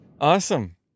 Awesome